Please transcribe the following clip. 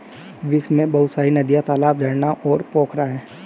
विश्व में बहुत सारी नदियां, तालाब, झरना और पोखरा है